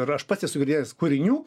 ir aš pats esu girdėjęs kūrinių